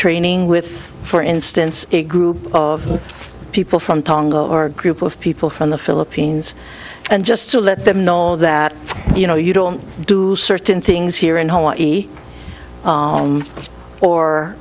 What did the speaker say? training with for instance a group of people from tango or group of people from the philippines and just to let them know that you know you don't do certain things here in hawaii